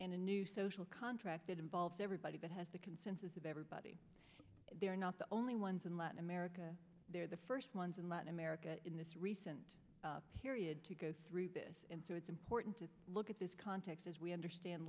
and a new social contract that involves everybody that has the consensus of everybody they are not the only ones in latin america they're the first ones in latin america in this recent period to go through this and so it's important to look at this context as we understand